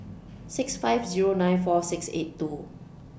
six five Zero nine four six eight two